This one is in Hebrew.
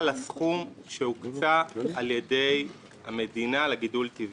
לסכום שהוקצה על-ידי המדינה לגידול טבעי.